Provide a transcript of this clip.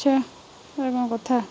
ଆଚ୍ଛା ଏଇଟା କ'ଣ କଥା